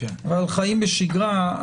על חיים בשגרה,